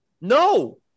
No